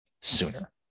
sooner